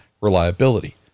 reliability